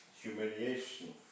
humiliation